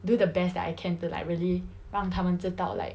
do the best that I can to like really 让他们知道 like